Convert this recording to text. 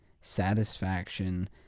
satisfaction